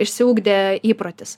išsiugdė įprotis